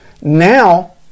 now